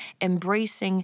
embracing